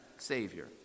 Savior